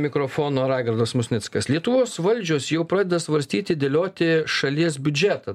mikrofono raigardas musnickas lietuvos valdžios jau pradeda svarstyti dėlioti šalies biudžetą